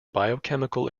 biochemical